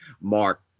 Mark